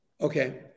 Okay